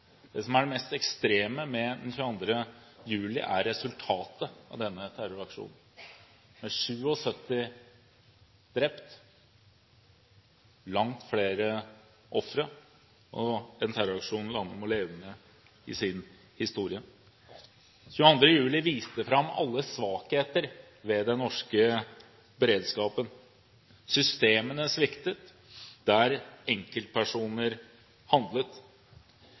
Det som er det mest ekstreme med den 22. juli, er resultatet av denne terroraksjonen, med 77 drepte og langt flere ofre – en terroraksjon landet må leve med historisk sett. Den 22. juli viste fram alle svakheter ved den norske beredskapen. Systemene sviktet, enkeltpersoner handlet.